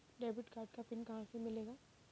Debit card का PIN कहां से मिलेगा?